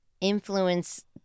influence